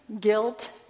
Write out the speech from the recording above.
guilt